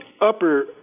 upper